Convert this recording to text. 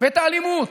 ואת האלימות.